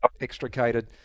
extricated